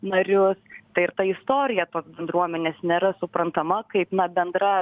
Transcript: narius tai ir ta istorija bendruomenės nėra suprantama kaip na bendra